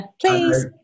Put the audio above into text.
please